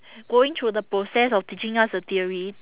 going through the process of teaching us the theory